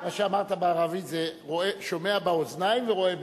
מה שאמרת בערבית זה: שומע באוזניים ורואה בעיניים.